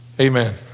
Amen